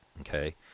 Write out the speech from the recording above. Okay